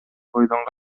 бойдон